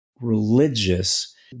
religious